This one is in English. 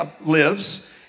lives